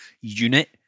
unit